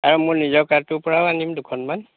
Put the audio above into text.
আৰু মোৰ নিজৰ কাৰ্ডটোৰপৰাও আনিম দুখনমান